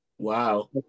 Wow